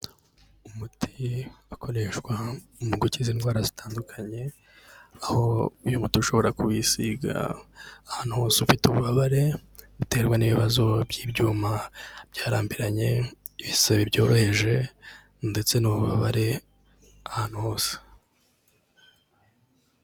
Umuti ukoreshwa mu gukiza indwara zitandukanye aho uyu muti ushobora kuwisiga ahantu hose ufite ububabare buterwa n'ibibazo by'ibyuma byarambiranye, ibisebe byoroheje ndetse n'ububabare ahantu hose.